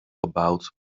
gebouwd